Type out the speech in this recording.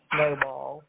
Snowball